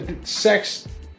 sex